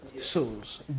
souls